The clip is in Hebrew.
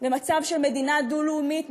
למצב של מדינה דו-לאומית,